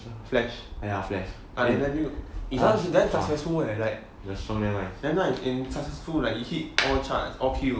flash their debut very successful like ya lah it hit all charts all Q